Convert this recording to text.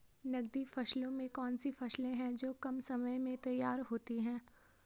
नकदी फसलों में कौन सी फसलें है जो कम समय में तैयार होती हैं?